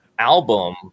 album